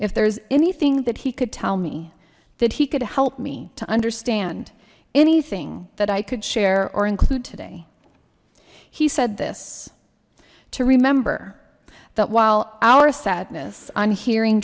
if there is anything that he could tell me that he could help me to understand anything that i could share or include today he said this to remember that while our sadness on hearing